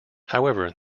however